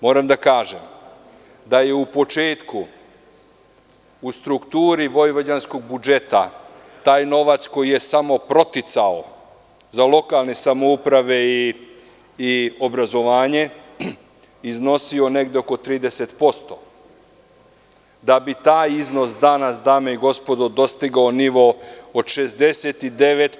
Moram da kažem, da je u početku u strukturu vojvođanskog budžeta taj novac koji je samo proticao za lokalne samouprave i obrazovanje iznosio negde oko 30%, da bi taj iznos danas, dame i gospodo, dostigao nivo od 69%